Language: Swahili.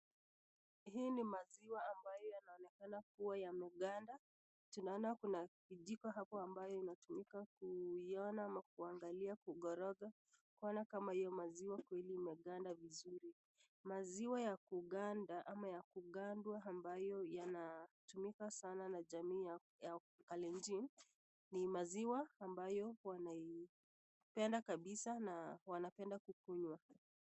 Hii ni maziwa ambayo yanaonekana kuwa yameganda. Tunaona kuna kijiko hapo ambayo inatumika kuiona ama kuangalia, kukoroga, kuona kama hiyo maziwa kweli imeganda vizuri. Maziwa ya kuganda ama ya kugandwa ambayo yanatumika sana na jamii ya kalenjin, ni maziwa ambayo wanaipenda kabisa na wanapenda kukunywa.